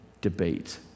debate